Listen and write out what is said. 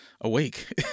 awake